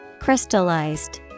Crystallized